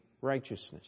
righteousness